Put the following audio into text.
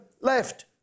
left